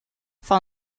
van